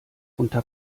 unter